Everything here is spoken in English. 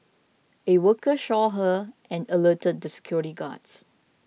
a worker shore her and alerted the security guards